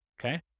Okay